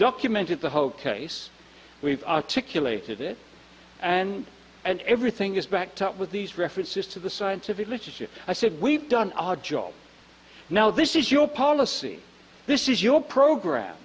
documented the whole case we've articulated it and and everything is backed up with these references to the scientific literature i said we've done our job now this is your policy this is your program